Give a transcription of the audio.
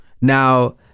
Now